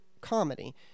comedy